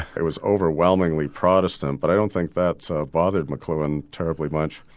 it was overwhelmingly protestant but i don't think that so bothered mcluhan terribly much.